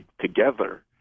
together